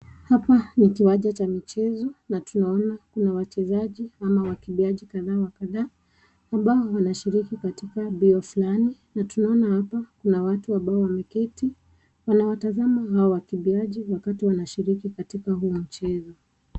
Hapa ni kiwanja cha michezo , na tunaona kuna wachezaji, ama wakimbiaji kadhaa wa kadhaa, ambao wanashiriki katika mbio fulani, na tunaona hapa kuna watu ambao wameketi, wanawatazama hao wakimbiaji , wakati wanashiriki katika huo mchezo.